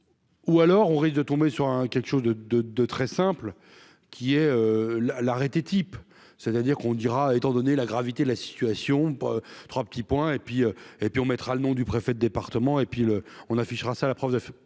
Ou alors on risque de tomber sur un quelque chose de, de, de très simple qui est la l'arrêter type, c'est-à-dire qu'on dira, étant donné la gravité de la situation pour 3 petits points et puis, et puis on mettra le nom du préfet de département et puis le on affichera ça la preuve